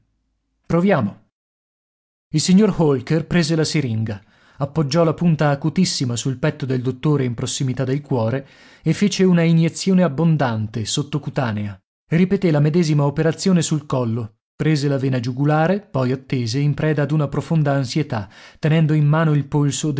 mia proviamo il signor holker prese la siringa appoggiò la punta acutissima sul petto del dottore in prossimità del cuore e fece una iniezione abbondante sottocutanea ripeté la medesima operazione sul collo prese la vena giugulare poi attese in preda ad una profonda ansietà tenendo in mano il polso